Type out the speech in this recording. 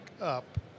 up